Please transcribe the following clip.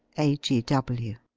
a g w.